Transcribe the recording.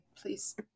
please